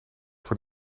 voor